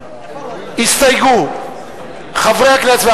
הסתייגו חברי הכנסת,